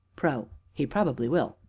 pro. he probably will.